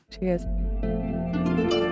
Cheers